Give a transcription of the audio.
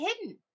hidden